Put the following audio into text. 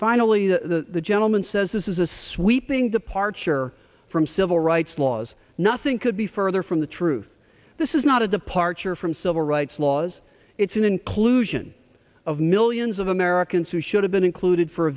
finally the gentleman says this is a sweeping departure from civil rights laws nothing could be further from the truth this is not a departure from civil rights laws it's an inclusion of millions of americans who should have been included for a